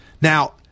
Now